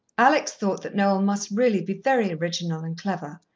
alex thought that noel must really be very original and clever,